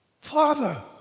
Father